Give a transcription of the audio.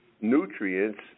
nutrients